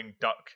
Duck